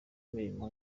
imirimo